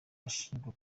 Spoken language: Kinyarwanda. ashinjwa